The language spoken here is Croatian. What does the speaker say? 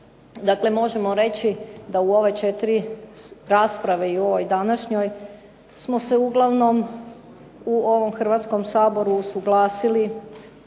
Dakle, možemo reći da u ove 4 rasprave i ovoj današnjoj smo se uglavnom u ovom Hrvatskom saboru usuglasili